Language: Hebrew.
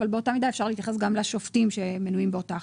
אבל באותה מידה אפשר להתייחס גם לשופטים שמנויים באותה החלטה.